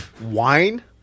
Wine